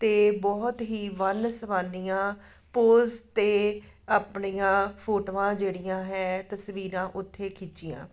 ਅਤੇ ਬਹੁਤ ਹੀ ਵੰਨ ਸਵੰਨੀਆਂ ਪੋਸ ਅਤੇ ਆਪਣੀਆਂ ਫੋਟੋਆਂ ਜਿਹੜੀਆਂ ਹੈ ਤਸਵੀਰਾਂ ਉੱਥੇ ਖਿੱਚੀਆਂ